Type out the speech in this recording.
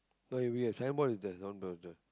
no we have sign board is there